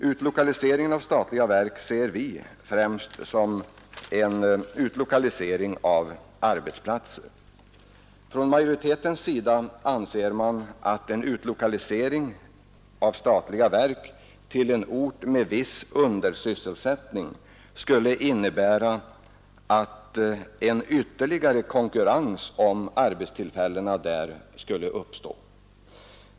Utlokaliseringen av statliga verk ser vi främst som en utlokalisering av arbetsplatser. Från majoritetens sida anser man att en utlokalisering av statliga verk till en ort med viss undersysselsättning skulle innebära att en ytterligare konkurrens om arbetstillfällena där skulle uppstå.